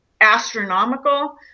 astronomical